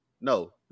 no